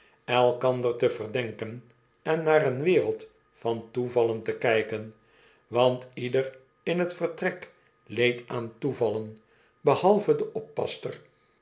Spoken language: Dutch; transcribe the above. elkander te verdenken en naar een wereld van toevallen te kijken want ieder in t vertrek leed aan toevallen behalve de oppasster